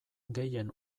gehien